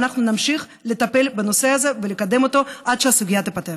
ואנחנו נמשיך לטפל בנושא הזה ולקדם אותו עד שהסוגיה תיפתר.